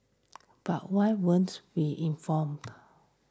but why weren't we informed